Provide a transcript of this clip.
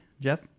Jeff